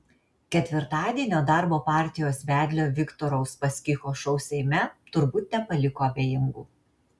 ketvirtadienio darbo partijos vedlio viktoro uspaskicho šou seime turbūt nepaliko abejingų